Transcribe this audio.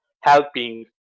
helping